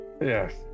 Yes